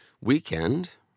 weekend